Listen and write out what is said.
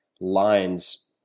lines